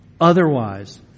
Otherwise